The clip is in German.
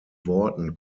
worten